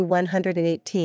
118